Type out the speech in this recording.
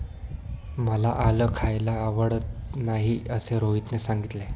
मला आलं खायला आवडत नाही असे रोहितने सांगितले